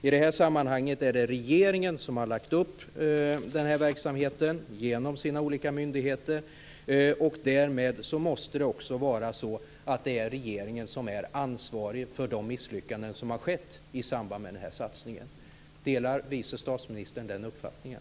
I detta sammanhang är det regeringen som har lagt upp den här verksamheten genom sina olika myndigheter, och därmed måste det också vara regeringen som är ansvarig för de misslyckanden som har skett i samband med denna satsning. Delar vice statsministern den uppfattningen?